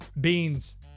Beans